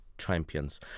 champions